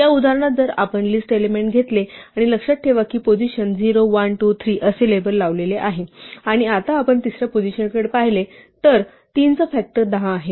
या उदाहरणात जर आपण लिस्ट एलिमेंट घेतले आणि लक्षात ठेवा की पोझिशन 0 1 2 3 असे लेबल लावलेले आहे आणि आपण आता तिसऱ्या पोझिशनकडे पाहिले तर 3 चा फॅक्टर 10 आहे